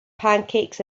pancakes